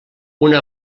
una